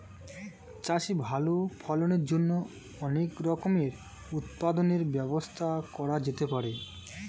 চাষে ভালো ফলনের জন্য অনেক রকমের উৎপাদনের ব্যবস্থা করা যেতে পারে